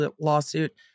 lawsuit